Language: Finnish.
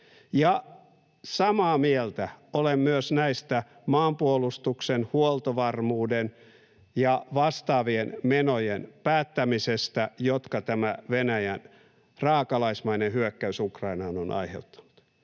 samaa mieltä olen myös näistä maanpuolustuksen, huoltovarmuuden ja vastaavien menojen päättämisestä, jotka tämä Venäjän raakalaismainen hyökkäys Ukrainaan on aiheuttanut.